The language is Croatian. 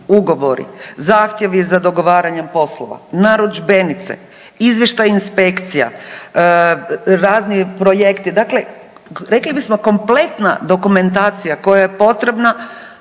ugovori, zahtjevi za dogovaranjem poslova, narudžbenice, izvještaj inspekcija, razni projekti, dakle rekli bismo kompletna dokumentacija koja je potrebna,